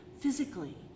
physically